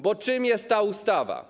Bo czym jest ta ustawa?